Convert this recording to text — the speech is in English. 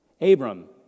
Abram